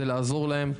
זה לעזור להם,